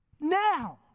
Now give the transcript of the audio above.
now